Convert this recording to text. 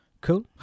cool